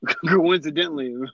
coincidentally